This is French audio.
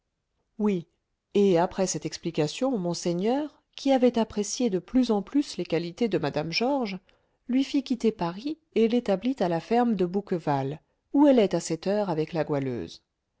oui et après cette explication monseigneur qui avait apprécié de plus en plus les qualités de mme georges lui fit quitter paris et l'établit à la ferme de bouqueval où elle est à cette heure avec la goualeuse